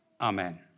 Amen